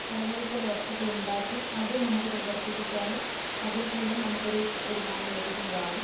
കരകൗശല വസ്തുക്കള് ഉണ്ടാക്കി അതും നമുക്ക് പ്രദര്ശിപ്പിച്ചാൽ അതില് കൂടെ നമുക്കൊരു വരുമാനം ലഭിക്കുന്നതാണ്